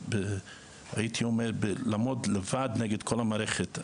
והייתי אומר, לעמוד לבד נגד כל המערכת.